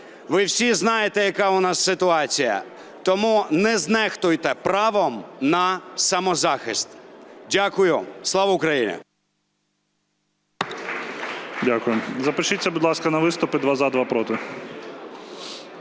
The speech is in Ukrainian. Ви всі знаєте, яка у нас ситуація, тому не знехтуйте правом на самозахист. Дякую. Слава Україні!